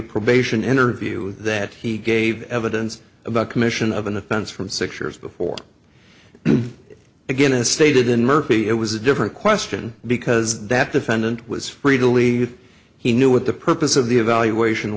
probation interview that he gave evidence about commission of an offense from six years before again as stated in murphy it was a different question because that defendant was free to leave if he knew what the purpose of the evaluation